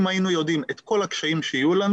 אם היינו יודעים את כל הקשיים שיהיו לנו